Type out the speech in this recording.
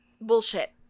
bullshit